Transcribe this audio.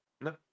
No